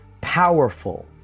Powerful